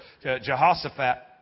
Jehoshaphat